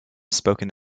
spoken